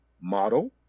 model